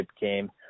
game